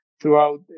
throughout